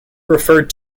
referred